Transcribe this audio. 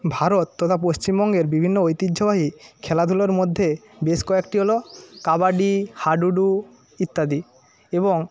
ভারত তথা পশ্চিমবঙ্গের বিভিন্ন ঐতিহ্যবাহী খেলাধুলার মধ্যে বেশ কয়েকটি হল কাবাডি হাডুডু ইত্যাদি এবং